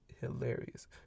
hilarious